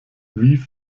wie